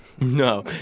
No